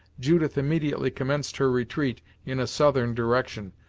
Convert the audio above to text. judith immediately commenced her retreat in a southern direction,